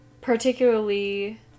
particularly